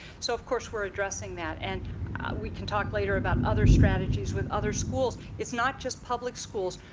so of course, we're addressing that. and we can talk later about other strategies with other schools. it's not just public schools.